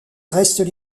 restent